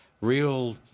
real